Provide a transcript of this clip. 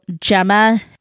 Gemma